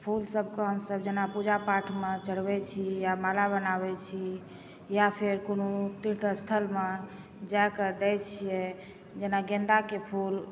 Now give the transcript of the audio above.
फूल सबके हमसब जेना पूजापाठमे चढ़बै छी या माला बनाबै छी या फेर कोनो तीर्थस्थलमे जाकऽ दै छिए जेना गेन्दाके फूल